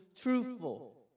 truthful